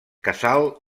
casal